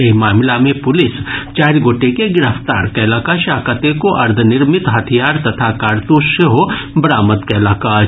एहि मामिला मे पुलिस चारि गोटे के गिरफ्तार कयलक अछि आ कतेको अर्द्वनिमित हथियार तथा कारतूस सेहो बरामद कयलक अछि